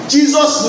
Jesus